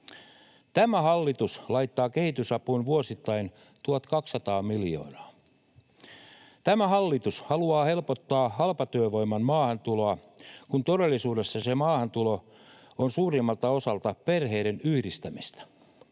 Tämä hallitus laittaa kehitysapuun vuosittain 1 200 miljoonaa. Tämä hallitus haluaa helpottaa halpatyövoiman maahantuloa, kun todellisuudessa se maahantulo on suurimmalta osalta perheiden yhdistämistä,